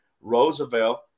Roosevelt